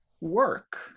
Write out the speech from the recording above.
work